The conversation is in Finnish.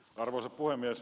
arvoisa puhemies